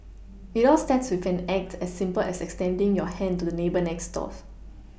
it all starts with an act as simple as extending your hand to the neighbour next door